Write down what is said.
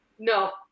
No